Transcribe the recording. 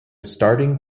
starting